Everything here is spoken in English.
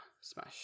Smash